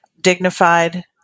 dignified